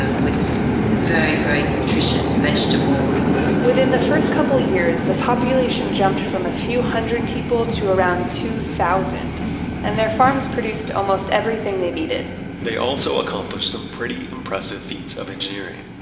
ah with very, very nutritious vegetables vegetables within the first couple of years, the population jumped from a few hundred people to around two thousand and their farms produced almost everything they needed they also accomplished some pretty impressive feats of engineering.